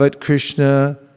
Krishna